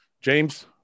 James